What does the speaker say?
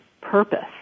purpose